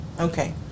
Okay